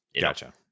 Gotcha